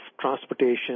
transportation